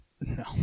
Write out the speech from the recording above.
No